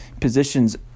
positions